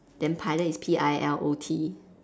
then pilot is P I L O T